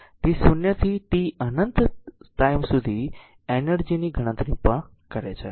12 છે t 0 થી t અનંત ટાઈમ સુધી એનર્જી ની ગણતરી પણ કરે છે